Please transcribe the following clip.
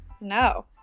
no